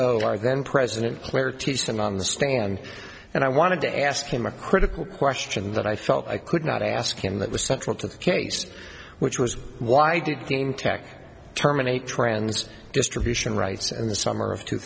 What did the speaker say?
our then president player teach them on the stand and i wanted to ask him a critical question that i felt i could not ask him that was central to the case which was why did game tech terminate trans distribution rights and the summer of two